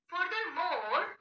Furthermore